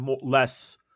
less